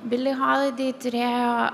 bili holidei turėjo